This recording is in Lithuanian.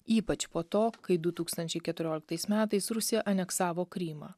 ypač po to kai du tūkstančiai keturioliktais metais rusija aneksavo krymą